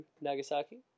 nagasaki